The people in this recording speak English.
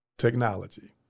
Technology